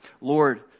Lord